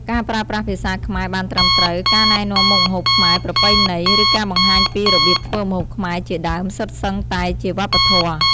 ការប្រើប្រាស់ភាសាខ្មែរបានត្រឹមត្រូវ ការណែនាំមុខម្ហូបខ្មែរប្រពៃណី ឬការបង្ហាញពីរបៀបធ្វើម្ហូបខ្មែរជាដើមសុទ្ធសឹងតែជាវប្បធម៌។